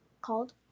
called